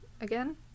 again